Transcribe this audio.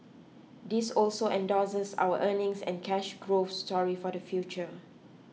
this also endorses our earnings and cash growth story for the future